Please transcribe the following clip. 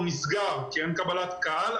הוא נסגר, כי אין קבלת קהל.